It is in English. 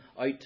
out